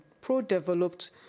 pro-developed